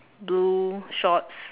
blue shorts